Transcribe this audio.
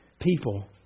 people